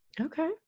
Okay